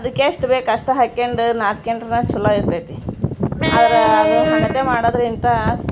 ಅದಕ್ಕೆ ಎಷ್ಟು ಬೇಕು ಅಷ್ಟು ಹಾಕ್ಯಂಡು ನಾದ್ಕೊಂಡರೆನ ಚಲೋ ಇರ್ತೈತಿ ಆದರ ಅದು ಹಂಗತೆ ಮಾಡೋದರಿಂತಾ